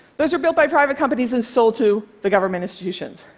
those were built by private companies and sold to the government institutions.